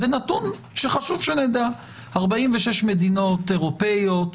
46 מדינות אירופאיות,